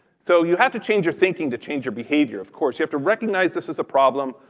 so you have to change your thinking to change your behavior, of course. you have to recognize this is a problem.